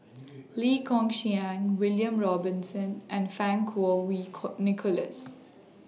Lee Kong Chian William Robinson and Fang Kuo Wei Kuo Nicholas